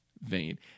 vein